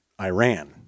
Iran